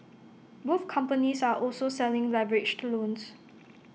both companies are also selling leveraged loans